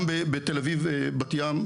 גם בתל אביב ובבת ים,